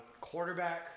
quarterback